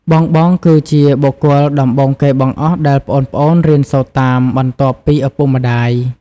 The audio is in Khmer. បងៗគឺជាបុគ្គលដំបូងគេបង្អស់ដែលប្អូនៗរៀនសូត្រតាម បន្ទាប់ពីឪពុកម្ដាយ ។